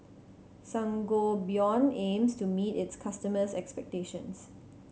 Sangobion aims to meet its customers' expectations